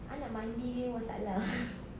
I nak mandi masalah